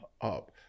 up